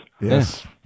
Yes